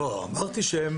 אמרתי שהם